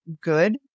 good